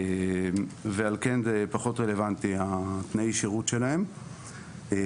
לכן תנאי השירות שלהם פחות רלוונטיים.